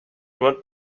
what